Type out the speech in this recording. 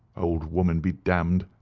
old woman be damned!